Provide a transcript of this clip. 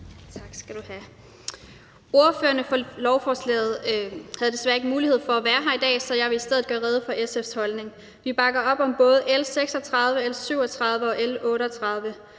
Ordføreren for lovforslaget havde desværre ikke mulighed for at være her i dag, så det er i stedet for mig, der skal gøre rede for SF's holdning. Vi bakker op om både L 36, L 37 og L 38.